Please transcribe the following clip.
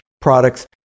products